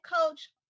coach